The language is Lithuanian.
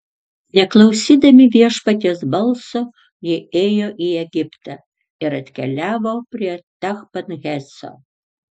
neklausydami viešpaties balso jie ėjo į egiptą ir atkeliavo prie tachpanheso